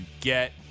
get